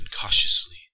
cautiously